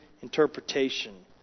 interpretation